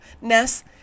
Ness